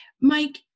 Mike